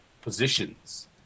positions